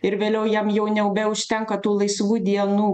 ir vėliau jam jau nebeužtenka tų laisvų dienų